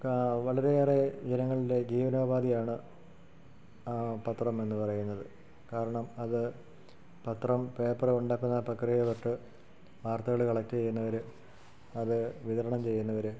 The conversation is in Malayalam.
വളരെയേറെ ജനങ്ങളുടെ ജീവനോപാധിയാണ് പത്രം എന്നു പറയുന്നതു കാരണം അത് പത്രം പേപ്പർ ഉണ്ടാക്കുന്ന പ്രക്രിയ തൊട്ട് വാർത്തകൾ കളക്ട് ചെയ്യുന്നവർ അതു വിതരണം ചെയ്യുന്നവർ